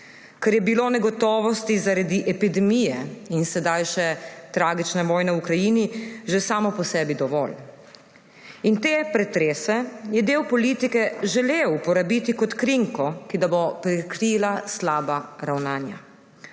ker je bilo negotovosti zaradi epidemije in sedaj še tragične vojne v Ukrajini že same po sebi dovolj. In te pretrese je del politike želel uporabiti kot krinko, ki da bo prekrila slaba ravnanja.